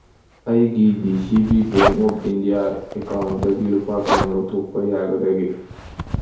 ꯑꯩꯒꯤ D C B bank of India ꯑꯦꯀꯥꯎꯟꯇꯒꯤ ꯂꯨꯄꯥ ꯀꯌꯥꯝ ꯂꯧꯊꯣꯛꯄ ꯌꯥꯒꯗꯒꯦ